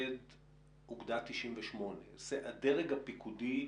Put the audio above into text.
מפקד אוגדה 98, זה הדרג הפיקודי,